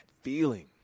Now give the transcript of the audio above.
feeling